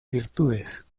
virtudes